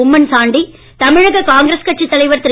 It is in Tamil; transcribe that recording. உம்மன்சாண்டி தமிழக காங்கிரஸ் கட்சி தலைவர் திரு